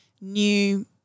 new